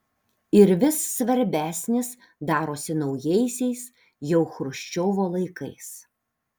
ir vis svarbesnis darosi naujaisiais jau chruščiovo laikais